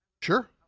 sure